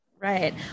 Right